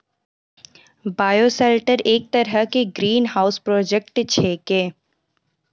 bioshelter एक तरह के ग्रीनहाउस प्रोजेक्ट छेकै